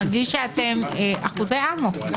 מרגיש שאתם אחוזי אמוק.